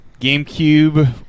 GameCube